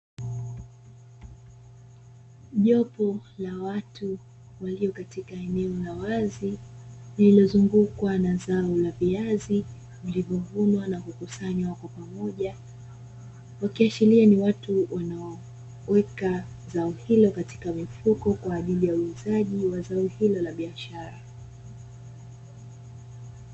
Jopo la watu walio katika eneo la wazi, lililozungukwa na zao la viazi vilivyovunwa na kukusanywa kwa pamoja wakiashiria ni watu wanaoweka zao hilo katika mifuko kwa ajili ya uuzaji wa zao hilo la biashara.